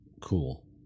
Cool